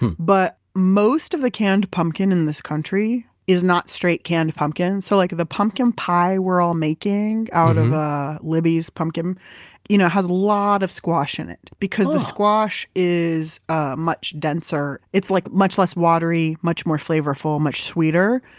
but most of the canned pumpkin in this country is not straight, canned pumpkin. so, like the pumpkin pie we're all making out of libby's pumpkin you know has a lot of squash in it, because the squash is ah much denser in. it's like much less watery, much more flavorful, much sweeter.